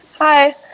Hi